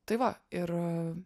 tai va ir